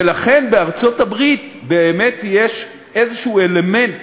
ולכן, בארצות-הברית באמת יש איזה אלמנט